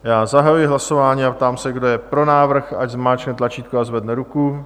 Já zahajuji hlasování a ptám se, kdo je pro návrh, ať zmáčkne tlačítko a zvedne ruku.